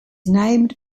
named